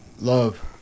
love